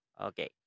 Okay